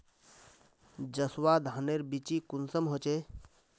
जसवा धानेर बिच्ची कुंसम होचए?